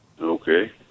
Okay